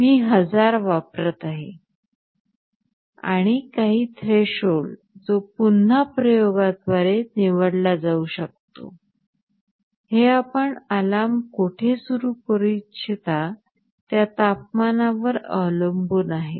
मी 1000 वापरत आहे आणि काही थ्रेशोल्ड जो पुन्हा प्रयोगाद्वारे निवडला जाऊ शकतो हे आपण अलार्म कोठे सुरू करू इच्छिता त्या तपमानावर अवलंबून आहे